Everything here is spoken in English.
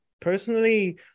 Personally